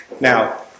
Now